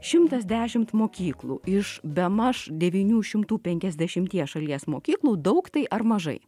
šimtas dešimt mokyklų iš bemaž devynių šimtų penkiasdešimties šalies mokyklų daug tai ar mažai